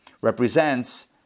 represents